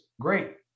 great